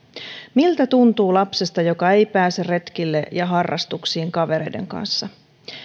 miltä tuntuu lapsesta joka ei pääse retkille ja harrastuksiin kavereiden kanssa